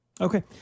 Okay